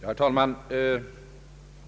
Herr talman!